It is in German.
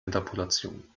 interpolation